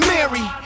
Mary